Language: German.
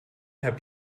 habt